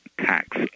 tax